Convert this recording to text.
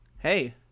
Hey